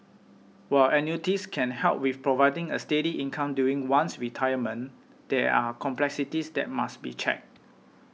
while annuities can help with providing a steady income during one's retirement there are complexities that must be checked